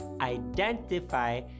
identify